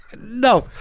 No